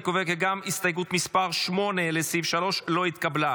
אני קובע כי גם הסתייגות 8 לסעיף 3 לא התקבלה.